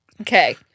Okay